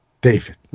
David